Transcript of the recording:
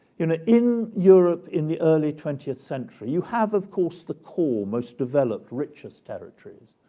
you know, in europe in the early twentieth century, you have, of course, the core most developed richest territories,